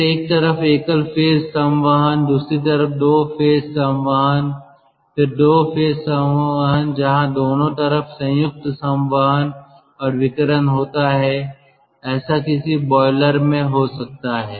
फिर एक तरफ एकल फेज संवहन दूसरी तरफ 2 फेज संवहन फिर 2 फेज संवहन जहां दोनों तरफ संयुक्त संवहन और विकिरण होता है ऐसा किसी बॉयलर में हो सकता है